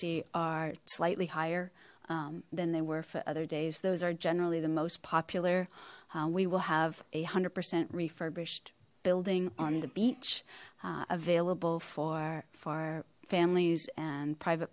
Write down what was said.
see are slightly higher than they were for other days those are generally the most popular we will have a hundred percent refurbished building on the beach available for for families and private